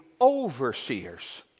overseers